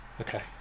Okay